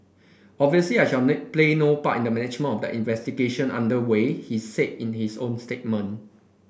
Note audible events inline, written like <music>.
obviously I shall <unintelligible> play no part in the management of the investigation under way he said in his own statement